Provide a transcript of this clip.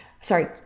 sorry